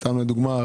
סתם לדוגמה,